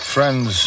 Friends